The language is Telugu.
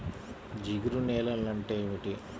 జిగురు నేలలు అంటే ఏమిటీ?